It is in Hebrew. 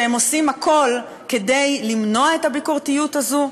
כשהם עושים הכול כדי למנוע את הביקורתיות הזאת?